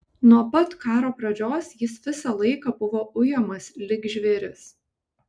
nuo pat karo pradžios jis visą laiką buvo ujamas lyg žvėris